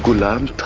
lamp